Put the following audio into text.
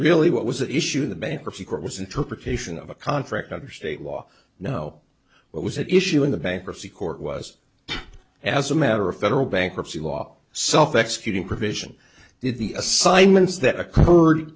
really what was at issue the bankruptcy court was interpretation of a contract under state law no what was at issue in the bankruptcy court was as a matter of federal bankruptcy law self executing provision in the assignments that occurred